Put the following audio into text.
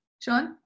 Sean